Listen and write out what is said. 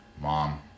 mom